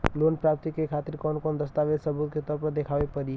Loan प्राप्ति के खातिर कौन कौन दस्तावेज सबूत के तौर पर देखावे परी?